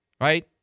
right